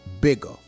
bigger